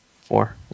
Four